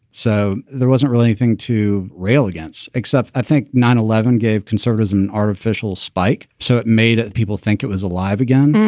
so there wasn't really anything to rail against, except i think nine and gave conservatism an artificial spike, so it made people think it was alive again.